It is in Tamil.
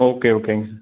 ஓகே ஓகேங்க சார்